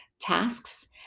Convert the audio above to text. tasks